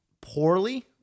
poorly